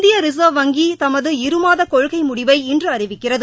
இந்திய ரிசர்வ் வங்கி தனது இருமாத கொள்கை முடிவை இன்று அறிவிக்கிறது